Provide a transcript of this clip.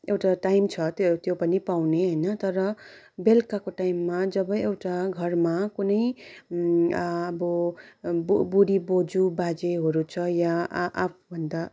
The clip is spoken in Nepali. एउटा टाइम छ त्यो त्यो पनि पाउने होइन तर बेलुकाको टाइममा जब एउटा घरमा कुनै अब बु बुढी बोज्यू बाजेहरू छ या आफूभन्दा